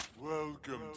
Welcome